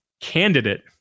candidate